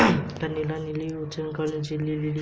क्या नीला लिली उष्णकटिबंधीय जल लिली है?